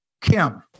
Kim